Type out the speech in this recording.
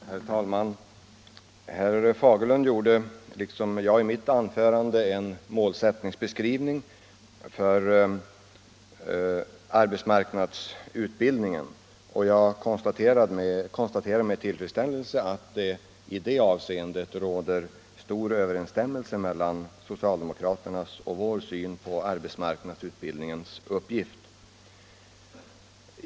Herr talman! Herr Fagerlund gjorde liksom jag en målsättningsbeskrivning för arbetsmarknadsutbildningen, och jag konstaterar med tillfredsställelse att i det avseendet råder stor överensstämmelse mellan socialdemokraternas och vår syn på arbetsmarknadsutbildningens uppgift.